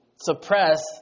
suppress